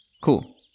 Cool